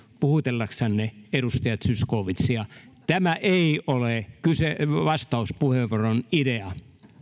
puhutellaksenne edustaja zyskowiczia tämä ei ole vastauspuheenvuoron idea